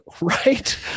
right